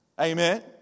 Amen